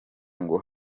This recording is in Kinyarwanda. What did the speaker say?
ngo